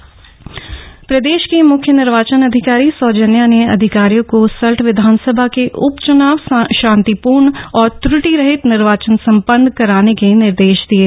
मुख्य निर्वाचन अधिकारी प्रदेश की मुख्य निर्वाचन अधिकारी सौजन्या ने अधिकारियों को सल्ट विधानसभा के उप चुनाव शान्तिपूर्ण और त्र्टिरहित निर्वाचन सम्पन्न कराने के निर्देश दिये